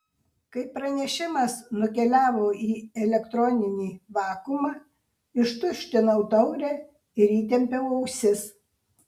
kai pranešimas nukeliavo į elektroninį vakuumą ištuštinau taurę ir įtempiau ausis